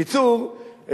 בקיצור,